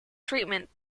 treatment